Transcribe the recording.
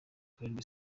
ukorerwe